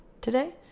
today